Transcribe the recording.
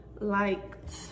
liked